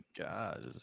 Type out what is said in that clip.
god